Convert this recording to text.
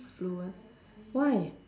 fluent why